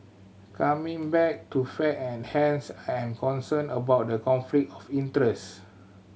coming back to fact and hands I am concerned about the conflict of interest